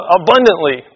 abundantly